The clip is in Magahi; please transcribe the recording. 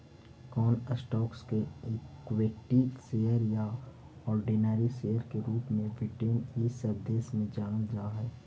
कौन स्टॉक्स के इक्विटी शेयर या ऑर्डिनरी शेयर के रूप में ब्रिटेन इ सब देश में जानल जा हई